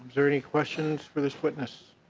there any questions for this witness?